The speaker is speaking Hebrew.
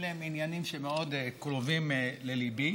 אלה עניינים שמאוד קרובים לליבי,